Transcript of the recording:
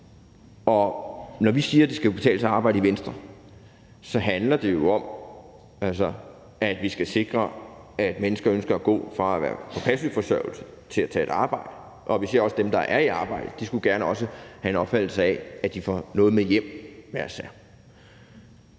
Venstre siger, at det skal kunne betale sig at arbejde, så handler det jo om, at vi skal sikre, at mennesker ønsker at gå fra at være på passiv forsørgelse til at tage et arbejde, og vi siger også, at dem, der er i arbejde, hver især gerne skulle have en opfattelse af, at de får noget med hjem. Så er